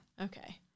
Okay